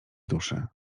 duszy